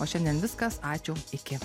o šiandien viskas ačiū iki